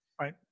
Right